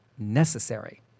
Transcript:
necessary